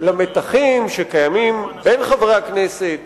למתחים שקיימים בין חברי הכנסת